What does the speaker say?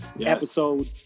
episode